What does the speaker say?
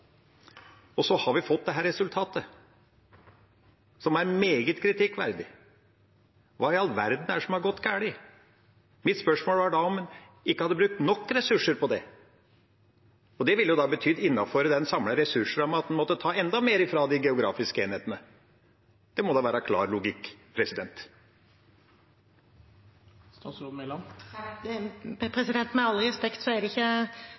Så har vi fått dette resultatet, som er meget kritikkverdig. Hva i all verden er det som har gått galt? Mitt spørsmål var om det ikke hadde blitt brukt nok ressurser på det. Det ville betydd – innenfor den samme ressursrammen – at man måtte ta enda mer fra de geografiske enhetene. Det må da være klar logikk. Med all respekt er det ikke farten på innlegget som er problemet, det